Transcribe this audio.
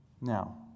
Now